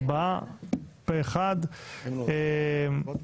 הצבעה אושר.